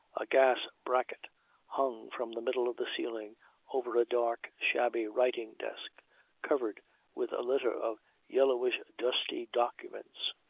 a gas bracket hung from the middle of the ceiling over a dark, shabby writing-desk covered with a litter of yellowish dusty documents.